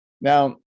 now